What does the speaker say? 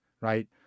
right